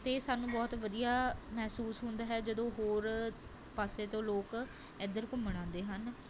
ਅਤੇ ਸਾਨੂੰ ਬਹੁਤ ਵਧੀਆ ਮਹਿਸੂਸ ਹੁੰਦਾ ਹੈ ਜਦੋਂ ਹੋਰ ਪਾਸੇ ਤੋਂ ਲੋਕ ਇੱਧਰ ਘੁੰਮਣ ਆਉਂਦੇ ਹਨ